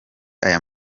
aya